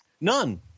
None